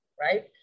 right